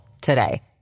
today